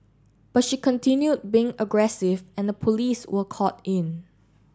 but she continued being aggressive and the police were called in